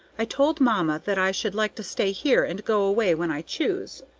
i told mamma that i should like to stay here and go away when i choose.